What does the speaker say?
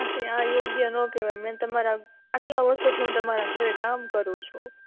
માસી આ યોગ્ય ન કહેવાય મેં તમારા આટલા વર્ષોથી હું તમારા ઘરે કામ કરું છું